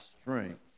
strength